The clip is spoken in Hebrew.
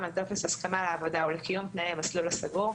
על טופס הסכמה לעבודה ולקיום תנאי המסלול הסגור,